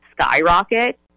skyrocket